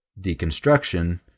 deconstruction